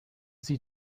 sie